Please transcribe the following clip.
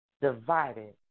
divided